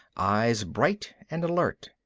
eyes bright and alert.